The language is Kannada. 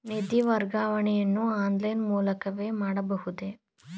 ನಿಧಿ ವರ್ಗಾವಣೆಯನ್ನು ಆನ್ಲೈನ್ ಮೂಲಕವೇ ಮಾಡಬಹುದೇ?